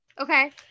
okay